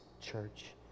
church